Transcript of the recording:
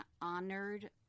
honored